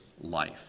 life